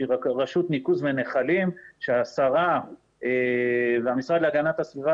שהיא רשות ניקוז מנחלים שהשרה והמשרד להגנת הסביבה